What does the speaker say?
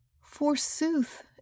Forsooth